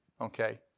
okay